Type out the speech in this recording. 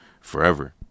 forever